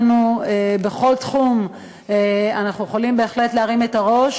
בכל תחום אנחנו יכולים בהחלט להרים את הראש